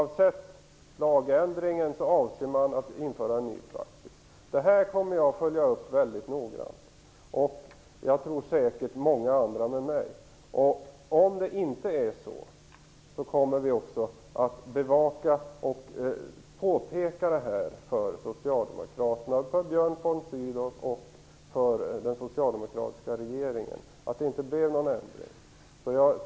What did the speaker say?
Detta kommer jag och säkert många med mig att följa mycket noggrant. Om det inte blir så , kommer vi också att påpeka för socialdemokraterna, för Björn von Sydow och för den socialdemokratiska regeringen att det inte blev någon ändring.